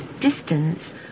distance